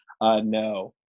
No